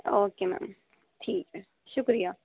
okay ma'am ٹھیک ہے شکریہ